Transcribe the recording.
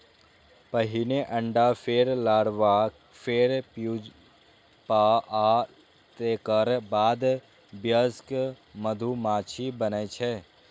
पहिने अंडा, फेर लार्वा, फेर प्यूपा आ तेकर बाद वयस्क मधुमाछी बनै छै